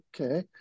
okay